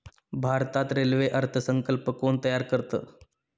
भारतात रेल्वे अर्थ संकल्प कोण तयार करतं?